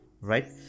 Right